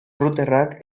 routerrak